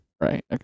right